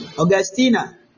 Augustina